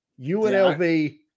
UNLV